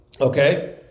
Okay